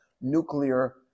nuclear